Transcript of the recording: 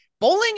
Bowling